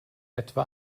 etwa